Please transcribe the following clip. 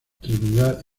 trinidad